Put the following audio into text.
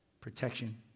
Protection